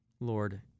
Lord